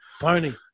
Pony